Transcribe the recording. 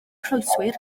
croesryw